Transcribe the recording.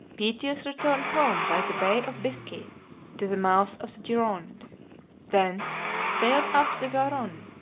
pytheas returned home by the bay of biscay to the mouth of the gironde thence sailed up the garonne,